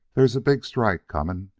there's a big strike coming,